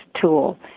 tool